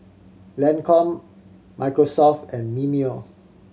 Lancome Microsoft and Mimeo